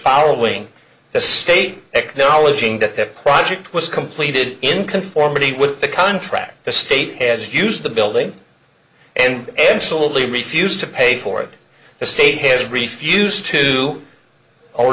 following the state acknowledging that project was completed in conformity with the contract the state has used the building and excellently me fused to pay for it the state has refused to or